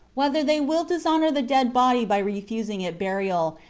whether they will dishonor the dead body by refusing it burial,